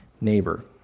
neighbor